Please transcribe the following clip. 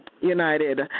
United